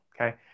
Okay